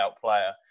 player